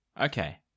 Okay